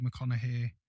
McConaughey